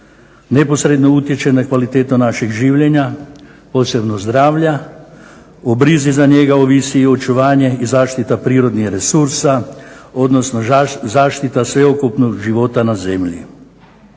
neposredno utječe na kvalitetu našeg življenja posebno zdravlja, o brizi za njega ovisi i očuvanje i zaštita prirodnih resursa, odnosno zaštita sveukupnog života na zemlji.